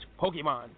Pokemon